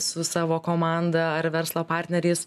su savo komanda ar verslo partneriais